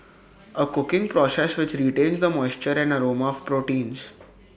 A cooking process which retains the moisture and aroma of proteins